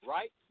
Right